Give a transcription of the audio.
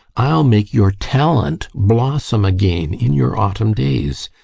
i'll make your talent blossom again in your autumn days,